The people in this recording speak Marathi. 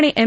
आणि एम